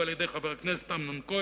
ועל-ידי חבר הכנסת אמנון כהן,